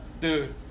Dude